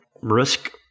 risk